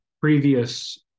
previous